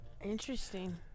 interesting